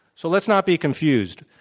so let's not be confused.